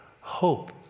Hope